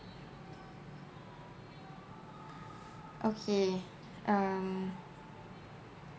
okay um